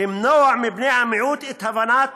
למנוע מבני המיעוט את הבנת